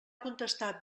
contestar